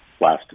last